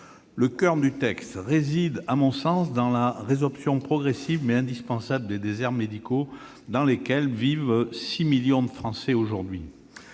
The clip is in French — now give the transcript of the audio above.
Le coeur du texte réside, à mon sens, dans la résorption progressive, mais indispensable, des déserts médicaux, dans lesquels vivent six millions de Français aujourd'hui.